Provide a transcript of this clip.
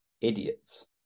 idiots